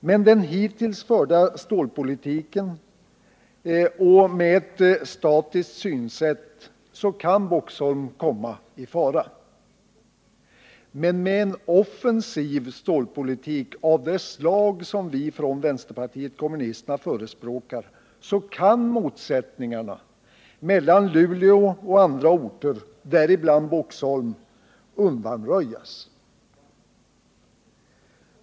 Med den hittills förda stålpolitiken och med ett statiskt synsätt kan Boxholm komma i fara. Men med en offensiv stålpolitik av det slag som vi från vänsterpartiet kommunisterna förespråkar kan motsättningarna mellan Luleå och andra orter, däribland Boxholm, undanröjas.